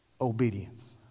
obedience